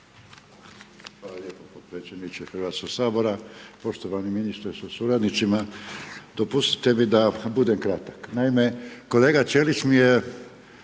Hvala lijepo potpredsjedniče Hrvatskoga sabora, poštovani ministre sa suradnicima. Dopustite mi da budem kratak. Naime, kolega Ćelić mi je